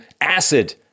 acid